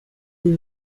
des